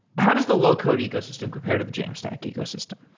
how does the low-code ecosystem compared to the jamstack ecosystem?